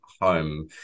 home